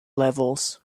levels